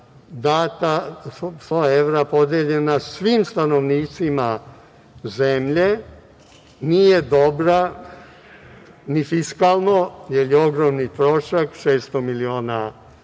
od 100 evra podeljena svim stanovnicima zemlje nije dobra ni fiskalno, jer je ogromni trošak - 600 miliona evra.